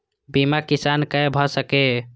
बीमा किसान कै भ सके ये?